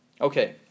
Okay